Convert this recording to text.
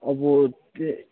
अब